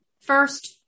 first